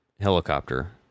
helicopter